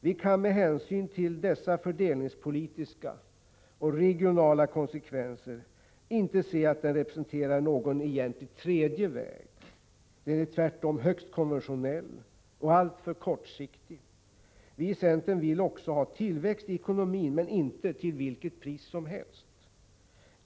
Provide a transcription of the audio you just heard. Vi kan med hänsyn till dessa fördelningspolitiska och regionala konsekvenser inte se att den representerar någon egentlig ”tredje väg”. Den är tvärtom högst konventionell och alltför kortsiktig. Vi i centern vill också ha tillväxt i ekonomin, men inte till vilket pris som helst.